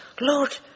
Lord